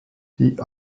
die